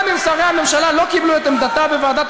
גם אם שרי הממשלה לא קיבלו את עמדתה בוועדת